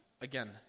Again